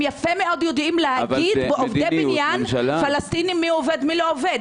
הם יפה מאוד יודעים להגיד לעובדי בניין פלסטינים מי עובד ומי לא עובד.